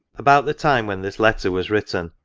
about the time when this letter was written,